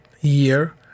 year